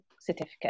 certificate